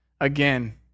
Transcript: Again